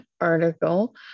article